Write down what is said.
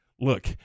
look